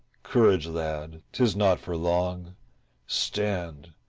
courage, lad, tis not for long stand,